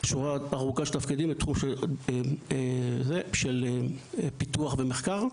שורה ארוכה של תפקידים בתחום של פיתוח ומחקר.